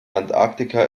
antarktika